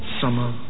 summer